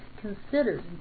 considered